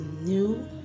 new